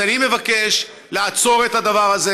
אני מבקש לעצור את הדבר הזה.